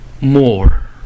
more